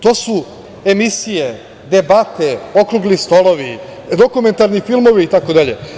To su emisije, debate, okrugli stolovi, dokumentarni filmovi, itd.